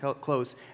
close